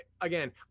again